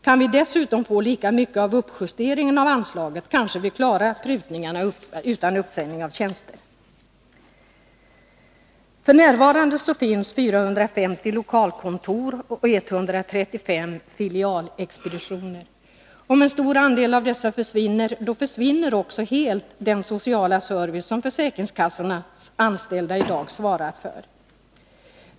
Kan vi dessutom få lika mycket av uppjusteringen av anslaget, kanske vi klarar prutningarna utan uppsägning av tjänster. F.n. finns 450 lokalkontor och 135 filialexpeditioner. Om en stor andel av dessa försvinner, går också den sociala service som försäkringskassornas anställda i dag svarar för helt förlorad.